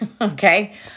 Okay